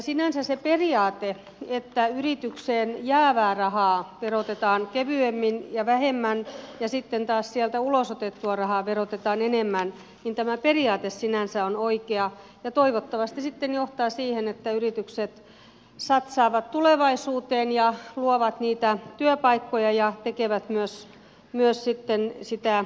sinänsä se periaate että yritykseen jäävää rahaa verotetaan kevyemmin ja vähemmän ja sitten taas sieltä ulos otettua rahaa verotetaan enemmän on oikea ja toivottavasti sitten johtaa siihen että yritykset satsaavat tulevaisuuteen ja luovat niitä työpaikkoja ja tekevät myös sitten sitä voittoa